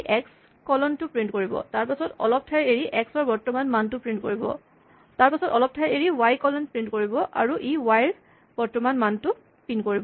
ই X column টো print কৰিব তাৰপাছত অলপ ঠাই এৰি এক্স ৰ বৰ্তমানৰ মানটো প্ৰিন্ট কৰিব তাৰপাছত অলপ ঠাই এৰি ৱাই কলন প্ৰিন্ট কৰিব আৰু ই ৱাই ৰ বৰ্তমানৰ মানটো প্ৰিন্ট কৰিব